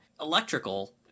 electrical